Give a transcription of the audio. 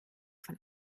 von